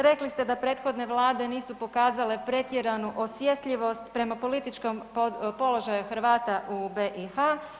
Rekli ste da prethodne vlade nisu pokazale pretjeranu osjetljivost prema političkom položaju Hrvata u BiH.